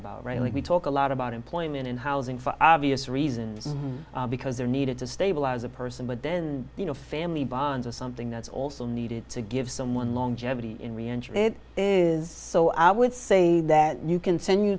about right when we talk a lot about employment and housing for obvious reasons because there needed to stabilize a person but then you know family bonds are something that's also needed to give someone longevity it is so i would say that you can send you